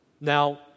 Now